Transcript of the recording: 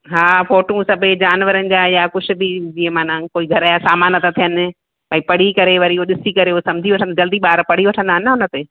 हा फ़ोटू सभु ए जानवरनि जा या कुझु बि जीअं माना कोई घर जा सामान था थियनि भई पढ़ी करे वरी उहो ॾिसी करे उहो सम्झी वठनि जल्दी ॿार पढ़ी वठंदा आहिनि न हुनते